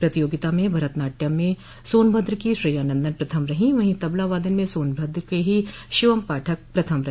प्रतियोगिता में भरत नाट्यम में सोनभद्र की श्रेयानंदन प्रथम रही वहीं तबला वादन म सोनभद्र के ही शिवम पाठक प्रथम रहे